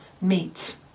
meet